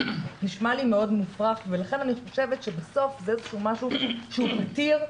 נשמע לי מאוד מופרך ולכן אני חושבת שבסוף זה איזה שהוא משהו שהוא פתיר.